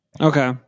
Okay